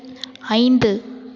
ஐந்து